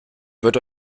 wird